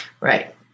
Right